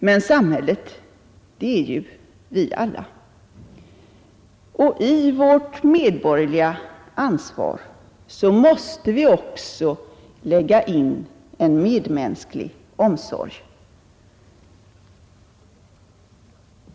Men samhället, det är vi alla, och i vårt medborgerliga ansvar måste vi också lägga in en medmänsklig omsorg.